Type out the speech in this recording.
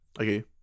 Okay